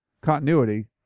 continuity